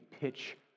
pitch